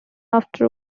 after